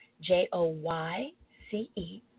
J-O-Y-C-E